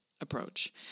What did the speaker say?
approach